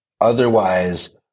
otherwise